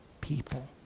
people